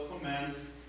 commands